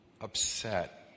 upset